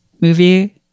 movie